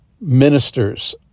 Ministers